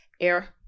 air